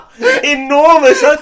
Enormous